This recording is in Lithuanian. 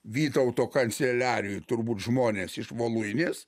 vytauto kanceliarijoj turbūt žmonės iš voluinės